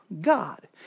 God